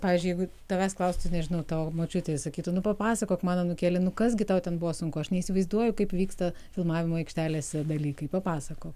pavyzdžiui jeigu tavęs klaustų nežinau tavo močiutė sakytų nu papasakok man anūkėli nu kas gi tau ten buvo sunku aš neįsivaizduoju kaip vyksta filmavimo aikštelėse dalykai papasakok